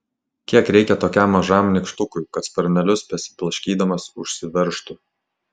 kiek reikia tokiam mažam nykštukui kad sparnelius besiblaškydamas užsiveržtų